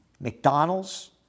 McDonald's